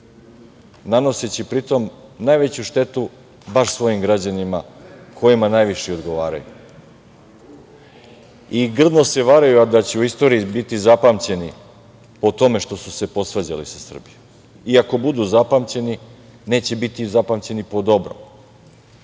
nanoseći pritom najveću štetu baš svojim građanima kojima najviše i odgovaraju. Grdno se varaju da će u istoriji biti zapamćeni po tome što su se posvađali sa Srbijom, i ako budu zapamćeni, neće biti zapamćeni po dobrom.